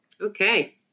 Okay